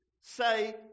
Say